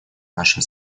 нашим